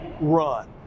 run